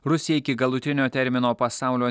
rusija iki galutinio termino pasaulio